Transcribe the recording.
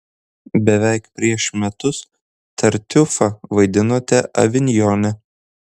beveik prieš metus tartiufą vaidinote avinjone